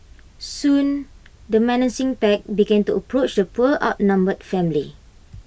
soon the menacing pack began to approach the poor outnumbered family